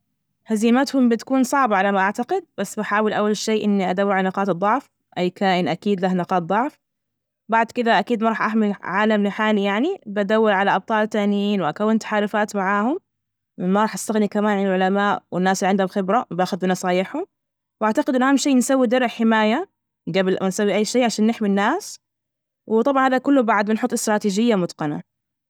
هزيمتهم بتكون صعبة على ما أعتقد، بس بحاول أول شي إني أدور على علاقات الضعف، أي كائن أكيد له نقاط ضعف، بعد كده، أكيد ما راح أحمل عالم لحالي يعني بدور على أبطال تانيين وأكون تحالفات معاهم، ما راح أستغني كمان عن العلماء، والناس اللي عندهم خبرة بأخذ بنصايحهم، وأعتقد أنه أهم شي نسوي درع حماية جبل أو نسوي أي شي عشان نحمي الناس، وطبعا هذا كله بعد بنحط إستراتيجية متقنة.